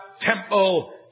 temple